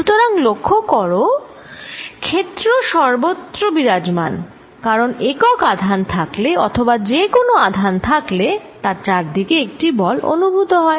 সুতরাং লক্ষ্য করো ক্ষেত্র সর্বত্র বিরাজমান কারণ একক আধান থাকলে অথবা যে কোন আধান থাকলে তার চারিদিকে একটি বল অনুভূত হয়